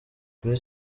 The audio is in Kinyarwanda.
kuri